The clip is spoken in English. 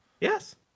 yes